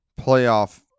playoff